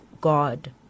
God